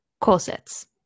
corsets